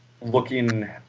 looking